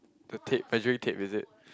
the tape measuring tape is it